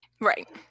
Right